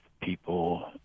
people